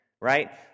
right